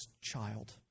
child